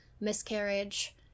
miscarriage